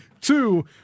Two